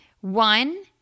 One